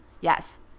yes